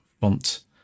font